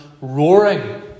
roaring